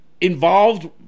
involved